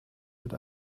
mit